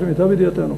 לפי מיטב ידיעתנו,